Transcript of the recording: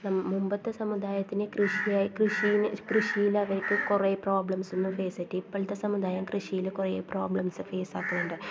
നം മുമ്പത്തെ സമുദായത്തിന് കൃഷി കൃഷീനെ കൃഷീനെ അപേക്ഷിച്ച് കുറേ പ്രോബ്ലംസ് ഒന്നും ഫേസ് ചെയ്ത് ഇപ്പോഴത്തെ സമുദായം കൃഷിയിൽ കുറേ പ്രോബ്ലെംസ് ഫേസ് ആക്കുന്നുണ്ട്